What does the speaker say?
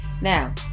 Now